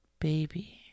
baby